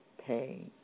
pay